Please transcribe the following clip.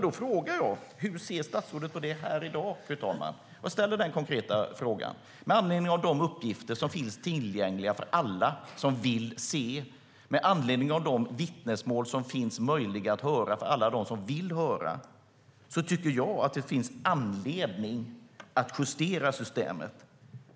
Då frågar jag: Hur ser statsrådet på detta i dag? Jag ställer denna konkreta fråga med anledning av de uppgifter som finns tillgängliga för alla som vill se och med de vittnesmål som är möjliga att höra för alla som vill höra. Jag tycker att det finns anledning att justera systemet.